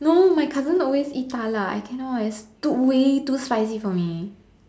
no my cousin always eat 大辣 I can not it's too way too spicy for me